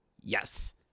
Yes